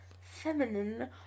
Feminine